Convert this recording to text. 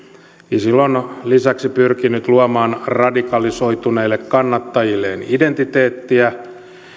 isil on lisäksi pyrkinyt luomaan radikalisoituneille kannattajilleen identiteettiä